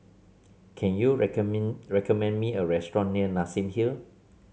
can you recommend me a restaurant near Nassim Hill